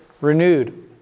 renewed